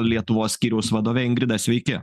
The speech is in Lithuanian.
lietuvos skyriaus vadove ingrida sveiki